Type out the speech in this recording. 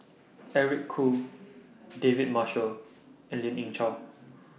Eric Khoo David Marshall and Lien Ying Chow